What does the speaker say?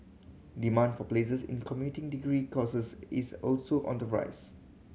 demand for places in commuting degree courses is also on the rise